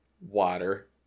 water